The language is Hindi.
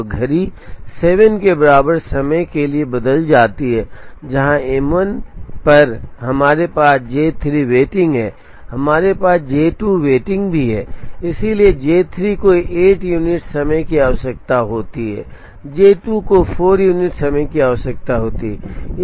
तो घड़ी 7 के बराबर समय के लिए बदल जाती है जहां एम 1 पर हमारे पास जे 3 वेटिंग है हमारे पास जे 2 वेटिंग भी है इसलिए जे 3 को 8 यूनिट समय की आवश्यकता होती है जे 2 को 4 यूनिट समय की आवश्यकता होती है